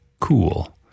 cool